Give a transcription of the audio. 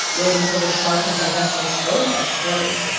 wait until the shark has digested us both, i suppose.